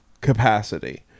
capacity